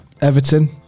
Everton